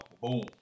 Boom